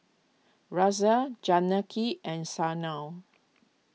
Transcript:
Razia Janaki and Sanal